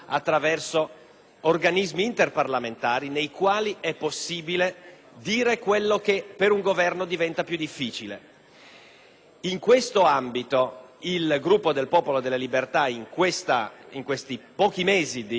organismi interparlamentari nei quali è possibile dire quello che per un Governo diventa più difficile. In questo ambito il Gruppo del Popolo della Libertà nei pochi mesi di legislatura